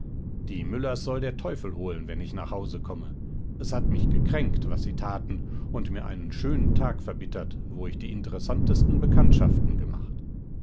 die müllers soll der teufel holen wenn ich nach hause komme es hat mich gekränkt was sie taten und mir einen schönen tag verbittert wo ich die interessantesten bekanntschaften gemacht